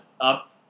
up